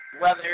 weather